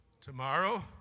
tomorrow